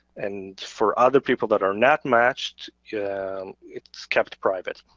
and for other people that are not matched yeah it's kept private.